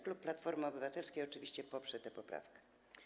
Klub Platforma Obywatelska oczywiście poprze tę poprawkę.